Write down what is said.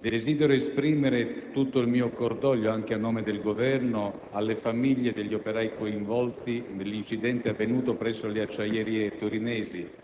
desidero esprimere tutto il mio cordoglio, anche a nome del Governo, alle famiglie degli operai coinvolti nell'incidente avvenuto presso le acciaierie torinese.